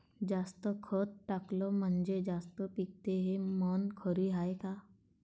जास्त खत टाकलं म्हनजे जास्त पिकते हे म्हन खरी हाये का?